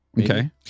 Okay